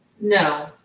No